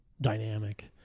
dynamic